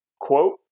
quote